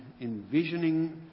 envisioning